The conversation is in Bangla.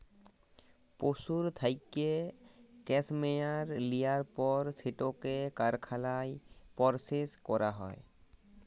পশুর থ্যাইকে ক্যাসমেয়ার লিয়ার পর সেটকে কারখালায় পরসেস ক্যরা হ্যয়